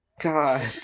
God